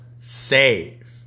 save